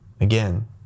again